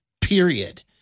period